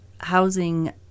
housing